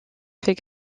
fait